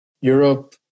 Europe